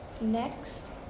next